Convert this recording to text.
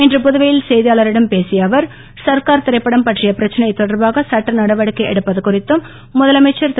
இன்று புதுவையில் செய்தியாளர்களிடம் பேசிய அவர் சர்கார் திரைப்படம் பற்றிய பிரச்சனை தொடர்பாக சட்ட நடவடிக்கை எடுப்பது குறித்தும் முதலமைச்சர் திரு